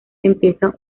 empieza